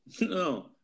No